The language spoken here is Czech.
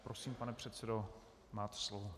Prosím, pane předsedo, máte slovo.